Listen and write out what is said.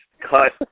cut